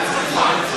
אתה צבוע.